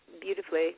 beautifully